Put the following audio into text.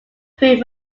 creek